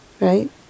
right